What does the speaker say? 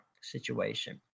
situation